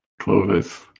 Clovis